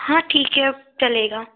हाँ ठीक है अब चलेगा